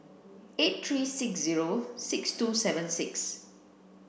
eight three six zero six two seven six